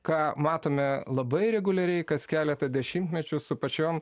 ką matome labai reguliariai kas keletą dešimtmečių su pačiom